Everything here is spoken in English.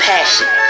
Passion